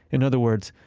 in other words,